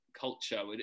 culture